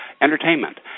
entertainment